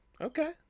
Okay